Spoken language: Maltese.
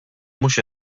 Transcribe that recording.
mhux